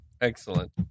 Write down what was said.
Excellent